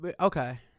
Okay